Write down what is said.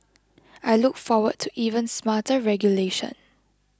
I look forward to even smarter regulation